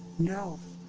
no.